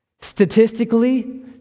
Statistically